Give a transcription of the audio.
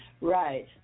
right